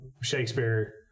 Shakespeare